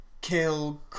kill